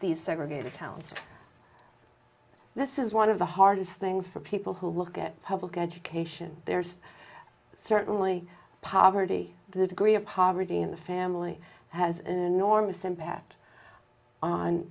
these segregated towns this is one of the hardest things for people who look at public education there's certainly poverty the degree of poverty in the family has an enormous impact on